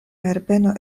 herbeno